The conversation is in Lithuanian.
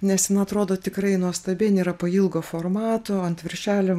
nes jin atrodo tikrai nuostabi jin yra pailgo formato ant viršelio